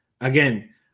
again